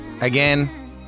again